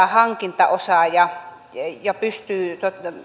hankintaosaaja ja ja pystyy